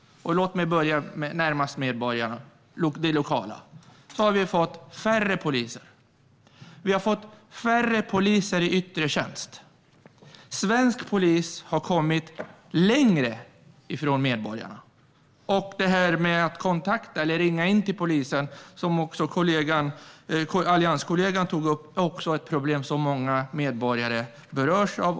På den lokala nivån har det blivit färre poliser i yttre tjänst. Svensk polis har kommit längre från medborgarna. Också allianskollegan tog upp detta med att ringa till polisen. Det är ett problem som många medborgare berörs av.